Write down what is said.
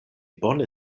bone